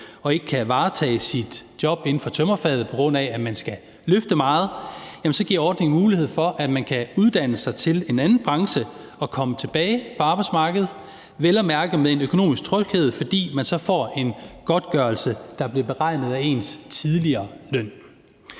og ikke kan varetage sit job inden for tømrerfaget, på grund af at man skal løfte meget, så giver ordningen mulighed for, at man kan uddanne sig til en anden branche og komme tilbage på arbejdsmarkedet – vel at mærke med en økonomisk tryghed, fordi man så får en godtgørelse, der er blevet beregnet ud fra ens tidligere løn.